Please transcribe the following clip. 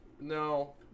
No